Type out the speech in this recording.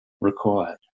required